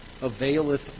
availeth